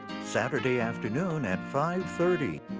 saturday afternoon at five thirty.